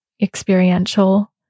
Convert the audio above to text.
experiential